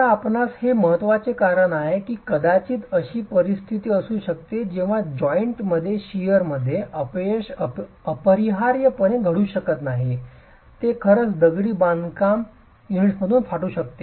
आता आपणास हे महत्वाचे कारण आहे की कदाचित अशी परिस्थिती असू शकते जेव्हा जॉइंट मध्ये शिअर मध्ये अपयश अपरिहार्यपणे घडू शकत नाही ते खरंच दगडी बांधकाम युनिट्समधून फाटू शकते